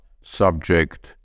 subject